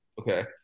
Okay